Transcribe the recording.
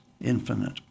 infinite